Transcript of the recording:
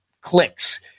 clicks